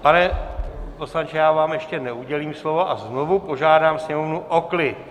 Pane poslanče, já vám ještě neudělím slovo a znovu požádám sněmovnu o klid.